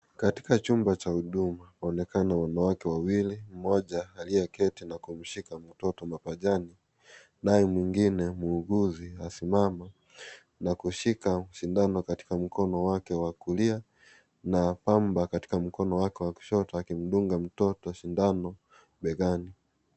Katika chumba cha huduma waonekana wanawake wawili mmoja aliyeketi na kumshika mtoto mapajani, naye mwingine muuguzi asimama na kushika sindano kwa mkono wake wa kulia na pamba katika mkono wake wa kushoto akimdunga mtoto shindano begani.